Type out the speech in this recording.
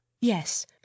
Yes